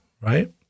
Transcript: right